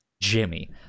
Jimmy